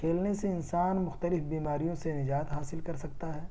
کھیلنے سے انسان مختلف بیماریوں سے نجات حاصل کر سکتا ہے